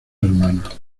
hermanos